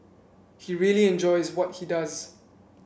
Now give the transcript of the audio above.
he really enjoys what he does